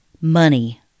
money